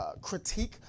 critique